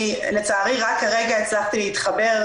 לצערי, רק כרגע הצלחתי לדבר.